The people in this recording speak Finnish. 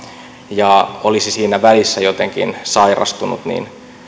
ja olisi siinä välissä jotenkin sairastunut niin